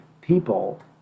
people